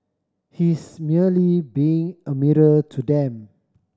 he's merely being a mirror to them